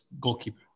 goalkeeper